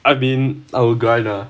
have been our guide ah